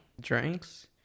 drinks